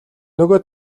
нөгөө